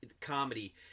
comedy